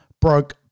broke